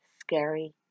scary